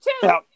Two